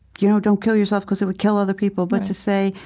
you know don't kill yourself cause it would kill other people, but to say,